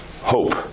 hope